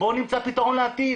בואו נמצא פתרון לעתיד.